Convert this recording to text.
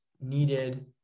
needed